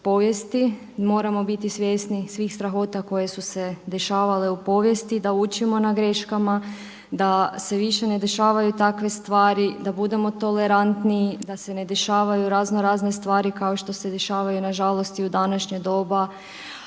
Moramo biti svjesni svih strahota koje su se dešavale u povijesti, da učimo na greškama, da se više ne dešavaju takve stvari, da budemo tolerantniji, da se ne dešavaju razno razne stvari kao što se dešavaju nažalost i u današnje doba